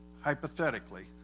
Hypothetically